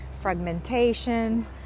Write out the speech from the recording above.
fragmentation